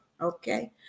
Okay